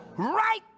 right